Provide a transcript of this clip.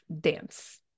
dance